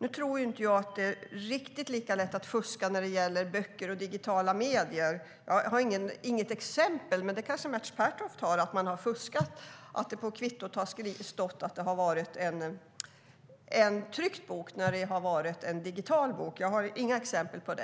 Nu tror jag inte att det är riktigt lika lätt att fuska när det gäller böcker och digitala medier som när det gäller mat på restaurang. Jag har inget exempel, men det kanske Mats Pertoft har, på att man har fuskat och att det på kvittot har stått att det har varit en tryckt bok när det egentligen har varit en digital bok. Jag har inga exempel på